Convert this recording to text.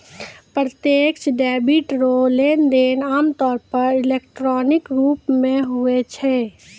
प्रत्यक्ष डेबिट रो लेनदेन आमतौर पर इलेक्ट्रॉनिक रूप से हुवै छै